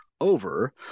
over